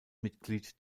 mitglied